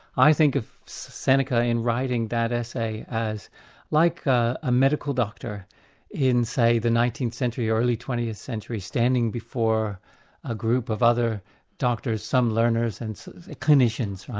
i think of seneca in writing that essay as like a medical doctor in, say, the nineteenth century or early twentieth century, standing before a group of other doctors, some learners and so clinicians, right?